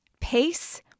pace